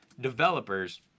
developers